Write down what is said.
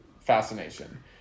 fascination